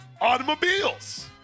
Automobiles